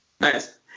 Nice